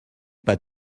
pas